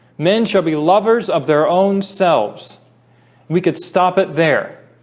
men shall be lovers of their own selves we could stop it there